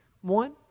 One